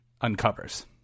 uncovers